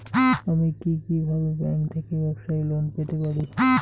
আমি কি কিভাবে ব্যাংক থেকে ব্যবসায়ী লোন পেতে পারি?